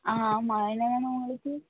ஆ ஆமாம் என்ன வேணும் உங்களுக்கு